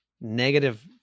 negative